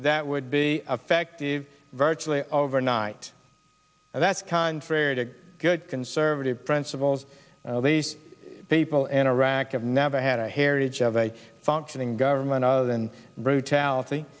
that would be affective virtually overnight and that's contrary to good conservative principles these people in iraq have never had a heritage of a functioning government of and brutality